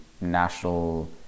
National